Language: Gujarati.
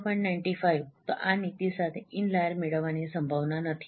95 તો આ નીતિ સાથે ઇનલાઈર મેળવવાની સંભાવના નથી